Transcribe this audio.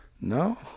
No